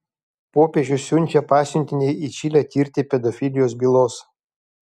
popiežius siunčia pasiuntinį į čilę tirti pedofilijos bylos